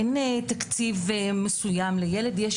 אין תקציב מסוים לילד, יש